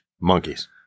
monkeys